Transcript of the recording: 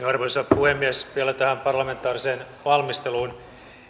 arvoisa puhemies vielä tähän parlamentaariseen valmisteluun